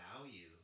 value